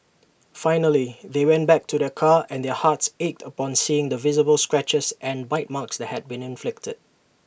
finally they went back to their car and their hearts ached upon seeing the visible scratches and bite marks that had been inflicted